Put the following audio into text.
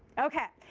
ok.